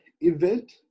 event